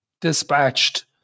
dispatched